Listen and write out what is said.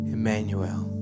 Emmanuel